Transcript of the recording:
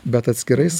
bet atskirais